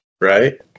right